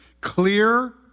clear